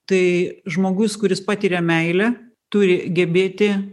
tai žmogus kuris patiria meilę turi gebėti